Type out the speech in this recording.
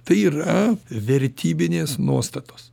tai yra vertybinės nuostatos